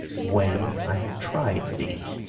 when i have tried thee.